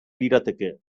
lirateke